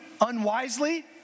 unwisely